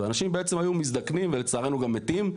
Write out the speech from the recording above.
ואנשים בעצם היו מזדקנים ולצערנו גם מתים,